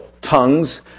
tongues